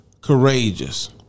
courageous